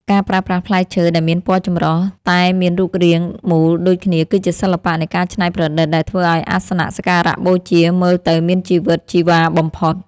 ការប្រើប្រាស់ផ្លែឈើដែលមានពណ៌ចម្រុះតែមានរូបរាងមូលដូចគ្នាគឺជាសិល្បៈនៃការច្នៃប្រឌិតដែលធ្វើឱ្យអាសនៈសក្ការៈបូជាមើលទៅមានជីវិតជីវ៉ាបំផុត។